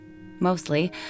Mostly